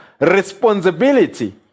responsibility